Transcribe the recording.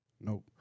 Nope